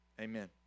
amen